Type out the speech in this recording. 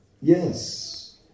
Yes